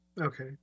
Okay